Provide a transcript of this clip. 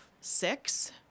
six